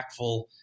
impactful